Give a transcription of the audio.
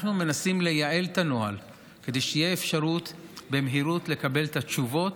אנחנו מנסים לייעל את הנוהל כדי שתהיה אפשרות לקבל במהירות את התשובות,